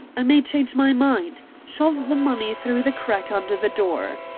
i may change my mind. shove the money through the crack under the door.